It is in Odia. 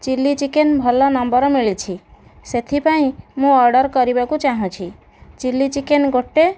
ଚିଲ୍ଲି ଚିକେନ ଭଲ ନମ୍ବର ମିଳିଛି ସେଥିପାଇଁ ମୁଁ ଅର୍ଡ଼ର କରିବାକୁ ଚାହୁଁଛି ଚିଲ୍ଲି ଚିକେନ ଗୋଟିଏ